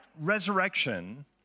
resurrection